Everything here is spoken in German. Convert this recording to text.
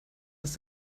dass